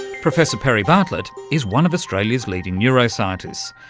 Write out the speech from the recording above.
professor perry bartlett is one of australia's leading neuroscientists.